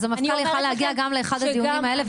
אז המפכ"ל יכול היה להגיע גם לדיונים האלה,